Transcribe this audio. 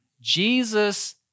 Jesus